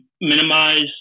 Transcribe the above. minimize